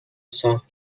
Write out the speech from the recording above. صاف